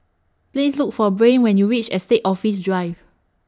Please Look For Brain when YOU REACH Estate Office Drive